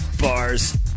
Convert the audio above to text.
Bars